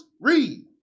Read